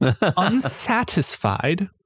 unsatisfied